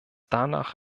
danach